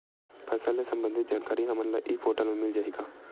फसल ले सम्बंधित जानकारी हमन ल ई पोर्टल म मिल जाही का?